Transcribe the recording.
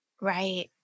Right